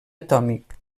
atòmic